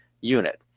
unit